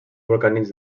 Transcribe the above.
volcànics